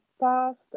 past